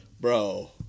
Bro